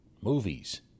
Movies